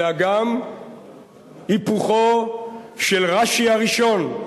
אלא גם היפוכו של רש"י הראשון: